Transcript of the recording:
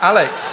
Alex